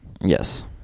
Yes